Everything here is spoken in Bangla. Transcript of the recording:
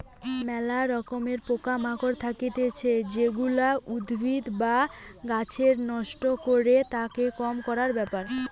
ম্যালা রকমের পোকা মাকড় থাকতিছে যেগুলা উদ্ভিদ বা গাছকে নষ্ট করে, তাকে কম করার ব্যাপার